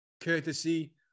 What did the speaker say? courtesy